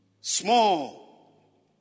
Small